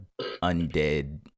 undead